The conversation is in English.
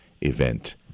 event